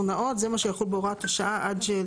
נאות"; זה מה שיחול בהוראת השעה עד,